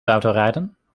autorijden